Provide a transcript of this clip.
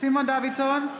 סימון דוידסון,